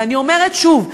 ואני אומרת שוב,